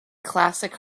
classic